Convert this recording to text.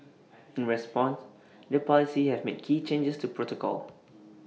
in response the Police have made key changes to protocol